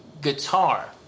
guitar